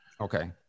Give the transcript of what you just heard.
Okay